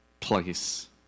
place